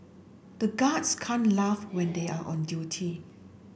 the guards can't laugh when they are on duty